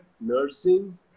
nursing